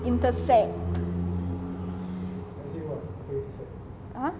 intersect !huh!